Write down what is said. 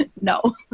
no